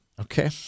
Okay